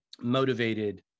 motivated